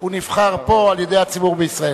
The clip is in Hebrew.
הוא נבחר פה על-ידי הציבור בישראל.